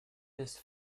this